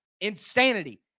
Insanity